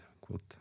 quote